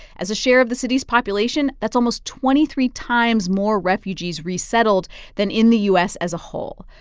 as a share of the city's population, that's almost twenty three times more refugees resettled than in the u s. as a whole,